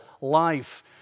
life